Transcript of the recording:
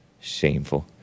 shameful